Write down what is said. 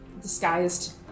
disguised